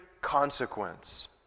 consequence